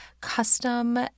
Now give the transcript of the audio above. custom